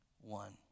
one